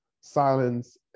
silence